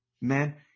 Man